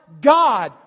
God